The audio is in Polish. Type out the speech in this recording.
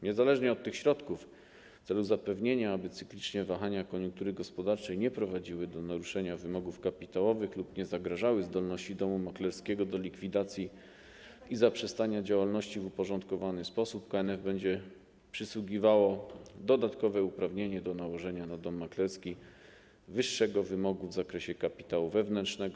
Niezależnie od tych środków w celu zapewnienia, aby cykliczne wahania koniunktury gospodarczej nie prowadziły do naruszenia wymogów kapitałowych lub nie zagrażały zdolności domu maklerskiego do likwidacji i zaprzestania działalności w uporządkowany sposób, KNF będzie przysługiwało dodatkowe uprawnienie do nałożenia na dom maklerski wyższego wymogu w zakresie kapitału wewnętrznego.